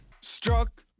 Struck